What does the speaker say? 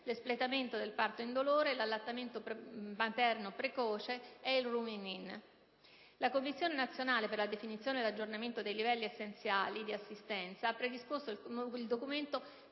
l'espletamento del parto indolore, l'allattamento materno precoce e il *rooming-in*. La Commissione nazionale per la definizione e l'aggiornamento dei livelli essenziali di assistenza ha predisposto il documento